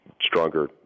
stronger